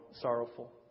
sorrowful